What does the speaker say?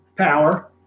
power